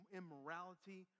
immorality